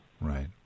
Right